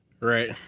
Right